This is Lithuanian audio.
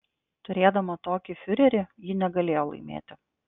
turėdama tokį fiurerį ji negalėjo laimėti